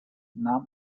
nahm